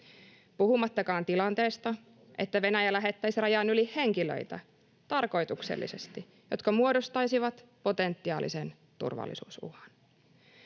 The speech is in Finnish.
puhumattakaan tilanteesta, että Venäjä lähettäisi rajan yli tarkoituksellisesti henkilöitä, jotka muodostaisivat potentiaalisen turvallisuusuhan?